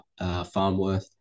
Farmworth